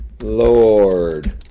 Lord